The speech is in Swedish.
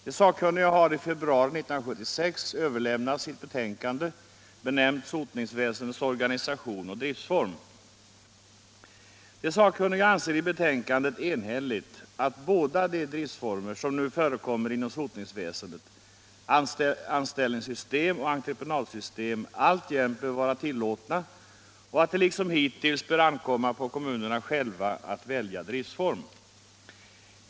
De sakkuniga har i februari 1976 överlämnat sitt betänkande, benämnt Sotningsväsendets organisation och driftsform. De sakkunniga anser i betänkandet enhälligt att båda de driftsformer som nu förekommer inom sotningsväsendet — kommunal anställning och entreprenadsystem — alltjämt bör vara tillåtna och att det liksom hittills bör ankomma på kommunerna att välja driftsform.